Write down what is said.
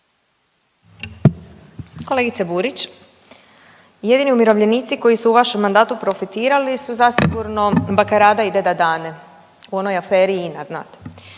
Kolegice Burić, jedini umirovljenici koji su u vašem mandatu profitirali su zasigurno baka Rada i deda Dane u onoj aferi INA znate.